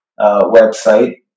website